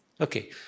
Okay